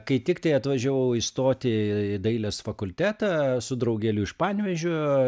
kai tiktai atvažiavau įstoti į dailės fakultetą su draugeliu iš panevėžio